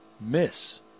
miss